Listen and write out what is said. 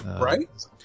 Right